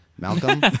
Malcolm